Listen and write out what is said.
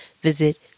visit